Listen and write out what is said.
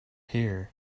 here